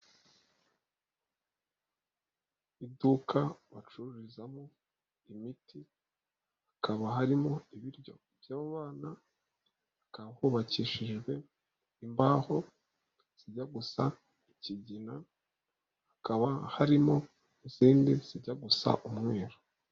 Iduka bacururizamo imiti, hakaba harimo ibiryo by'abana, hubakishijwe imbaho, zijya gusa ikigina, hakaba harimo izindi zijya gusa umwiru.